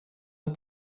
اون